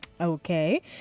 Okay